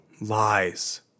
lies